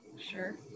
Sure